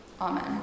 Amen